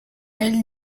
elle